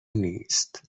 نیست